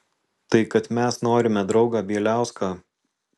tai kad mes norime draugą bieliauską